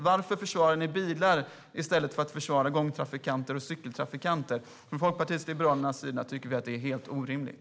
Varför försvarar ni bilar i stället för att försvara gångtrafikanter och cykeltrafikanter? Från Folkpartiet liberalernas sida tycker vi att det är helt orimligt.